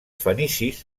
fenicis